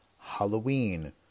Halloween